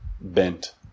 bent